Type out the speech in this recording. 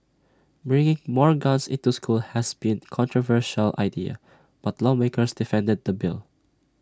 bringing more guns into school has been controversial idea but lawmakers defended the bill